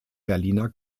berliner